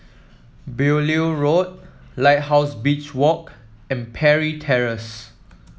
Beaulieu Road Lighthouse Beach Walk and Parry Terrace